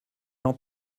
jean